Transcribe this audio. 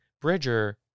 Bridger